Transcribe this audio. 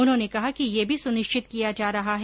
उन्होंने कहा कि यह भी सुनिश्चित किया जा रहा है